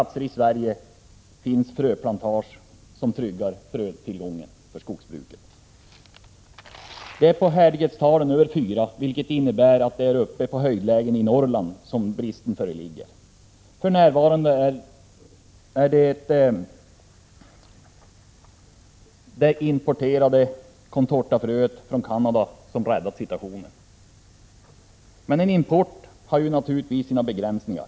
På andra håll i Sverige finns fröplantager som tryggar tillgången på frö för skogsbruket. För närvarande är det det från Canada importerade contortafröet som har räddat situationen. Men en import har naturligtvis sina begränsningar.